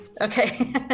Okay